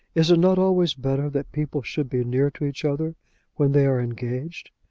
is it not always better that people should be near to each other when they are engaged?